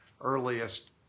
earliest